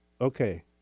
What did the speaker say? okay